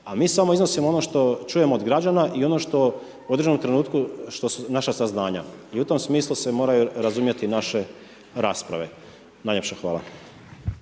a mi samo iznosimo ono što čujemo od građana i ono što u određenom trenutku su naša saznanja. I u tom smislu se moraju razumjeti naše rasprave. Najljepše hvala.